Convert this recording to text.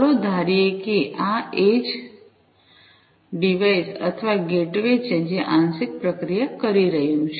ચાલો ધારીએ કે આ એજ ડિવાઇસ અથવા ગેટવે છે જે આંશિક પ્રક્રિયા કરી રહ્યું છે